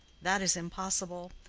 that is impossible.